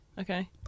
okay